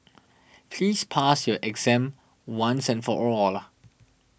please pass your exam once and for all